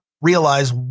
realize